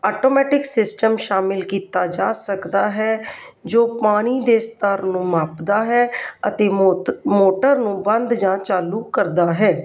automatic system ਸ਼ਾਮਿਲ ਕੀਤਾ ਜਾ ਸਕਦਾ ਹੈ ਜੋ ਪਾਣੀ ਦੇ ਸਤਰ ਨੂੰ ਮਾਪਦਾ ਹੈ ਅਤੇ ਮੋਤਕ ਮੋਟਰ ਨੂੰ ਬੰਦ ਜਾਂ ਚਾਲੂ ਕਰਦਾ ਹੈ